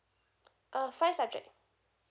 uh five subject